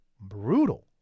Brutal